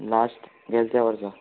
last गेल्या त्या वर्सा